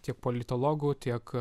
tiek politologu tiek